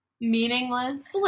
Meaningless